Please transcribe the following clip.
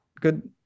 good